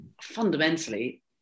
fundamentally